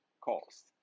cost